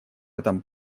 этом